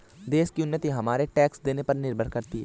देश की उन्नति हमारे टैक्स देने पर निर्भर करती है